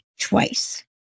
twice